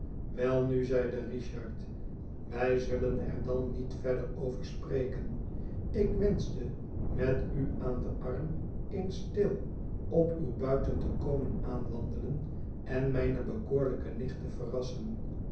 welnu zeide richard wij zullen er dan niet verder over spreken ik wenschte met u aan den arm eens stil op uw buiten te komen aanwandelen en mijne bekoorlijke nicht te verrassen